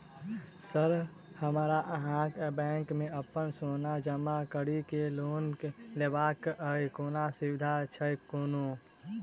Sir हमरा अहाँक bank मे अप्पन सोना जमा करि केँ लोन लेबाक अई कोनो सुविधा छैय कोनो?